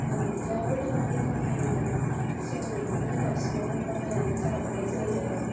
मोनजाबोदों माने बाहायबोदों जों बेखौनो दासिमावबो बाहानानै जाबोनाय जायो आरो